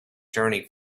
journey